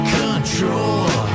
control